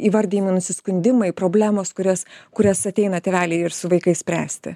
įvardijami nusiskundimai problemos kurias kurias ateina tėveliai ir su vaikais spręsti